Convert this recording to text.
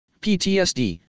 PTSD